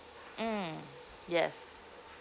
mm yes